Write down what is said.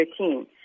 2013